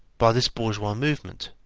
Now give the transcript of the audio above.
by this bourgeois movement.